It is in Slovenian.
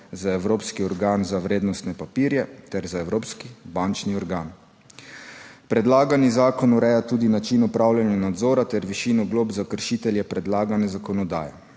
za Evropski organ za vrednostne papirje ter za Evropski bančni organ. Predlagani zakon ureja tudi način opravljanja nadzora ter višino glob za kršitelje predlagane zakonodaje.